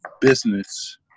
business